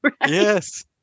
Yes